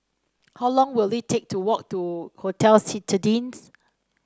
how long will it take to walk to Hotel Citadines